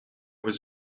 was